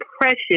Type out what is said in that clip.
precious